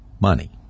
money